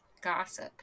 gossip